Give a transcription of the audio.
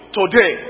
today